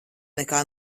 nekā